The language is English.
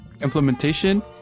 implementation